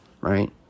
right